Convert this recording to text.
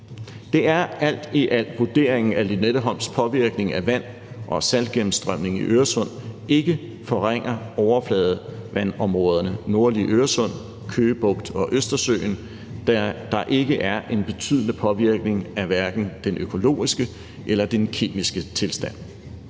Det er alt i alt vurderingen, at Lynetteholms påvirkning af vand- og saltgennemstrømningen i Øresund, ikke forringer overfladevandområderne Nordlige Øresund, Køge Bugt og Østersøen 12 sm, da der ikke er en betydende påvirkning af hverken den økologiske eller kemiske tilstand.«